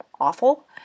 awful